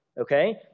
Okay